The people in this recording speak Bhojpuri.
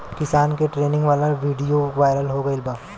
किसान के ट्रेनिंग वाला विडीओ वायरल हो गईल बा